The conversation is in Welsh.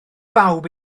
bawb